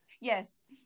yes